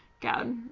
God